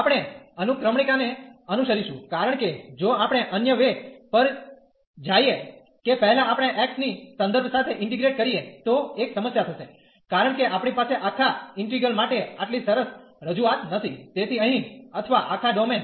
આપણે અનુક્રમણિકાને અનુસરીશું કારણ કે જો આપણે અન્ય વે પર જાઈએ કે પહેલા આપણે x ની સંદર્ભ સાથે ઇન્ટીગ્રેટ કરીએ તો એક સમસ્યા થશે કારણ કે આપણી પાસે આખા ઇન્ટીગ્રલ માટે આટલી સરસ રજૂઆત નથી તેથી અહીં અથવા આખા ડોમેન